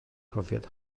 profiad